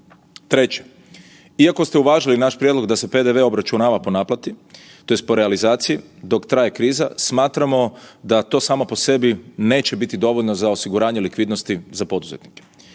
Treće, iako ste uvažili naš prijedlog da se PDV obračunava po naknadi tj. po realizaciji dok traje kriza, smatramo da to samo po sebi neće biti dovoljno za osiguranje likvidnosti za poduzetnike.